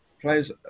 Players